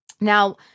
Now